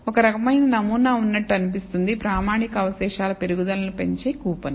ఒక రకమైన నమూనా ఉన్నట్లు అనిపిస్తుంది ప్రామాణిక అవశేషాల పెరుగుదలను పెంచే కూపన్